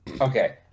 Okay